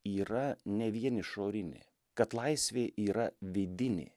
yra ne vien išorinė kad laisvė yra vidinė